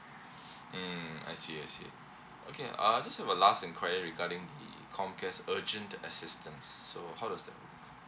mm I see I see okay err I just have a last enquiry regarding the comcare's urgent assistance so how does that work